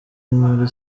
muri